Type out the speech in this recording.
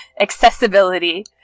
accessibility